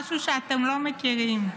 משהו שאתם לא מכירים,